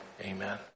Amen